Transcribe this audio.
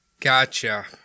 Gotcha